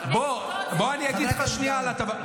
בוא אני אגיד לך שנייה על הטבה,